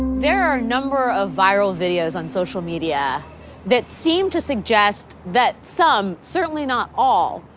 there are a number of viral videos on social media that seem to suggest that some, certainly not all,